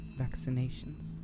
vaccinations